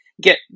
get